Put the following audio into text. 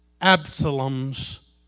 Absalom's